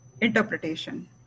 interpretation